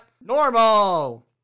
Normal